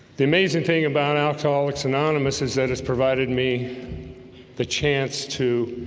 the amazing thing about alcoholics anonymous is that has provided me the chance to